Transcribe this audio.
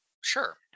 Sure